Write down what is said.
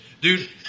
Dude